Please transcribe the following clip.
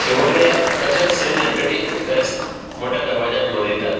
शिवोले तशेंच Saint Anthony फेस्त मेठ्या दबाज्यान मनयतात